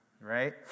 right